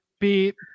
beep